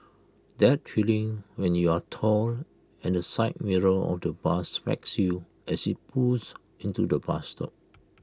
that feeling when you're tall and the side mirror of the bus smacks you as IT pulls into the bus stop